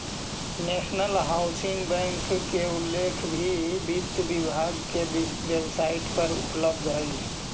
national housing bank के उल्लेख भी वित्त विभाग के वेबसाइट पर उपलब्ध हइ